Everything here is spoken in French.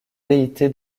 déité